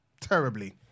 Terribly